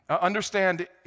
Understand